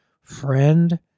friend